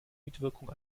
mitwirkung